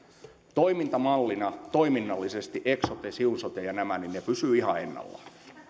toimintamallina toiminnallisesti eksote siun sote ja nämä pysyvät ihan ennallaan